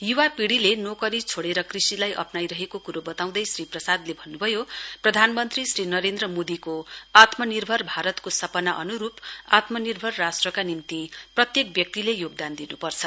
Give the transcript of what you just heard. युवा पिढ़ीले नोकरी छोडेर कृषिलाई अप्नाइरहेको कुरो बताउँदै श्री प्रसादले भन्नुभयो प्रधानमन्त्री श्री नरेन्द्र मोदीका आत्मनिर्भर भारतको सपना अन्रूप आत्मनिर्भर राष्ट्रका निम्ति प्रत्येक व्यक्तिले योगदान दिन्पर्छ